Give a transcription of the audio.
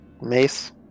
mace